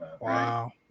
Wow